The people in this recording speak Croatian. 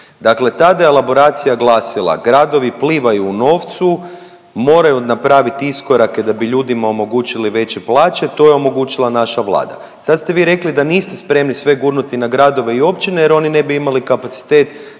Dakle tada je elaboracija glasila, gradovi plivaju u novcu, moraju napravit iskorake da bi ljudima omogućili veće plaće, to je omogućila naša Vlada. Sad ste vi rekli da niste spremni sve gurnuti na gradove i općine jer oni ne bi imali kapacitet